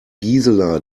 gisela